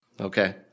Okay